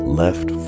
left